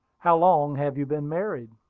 how long have you been married?